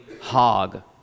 hog